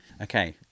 Okay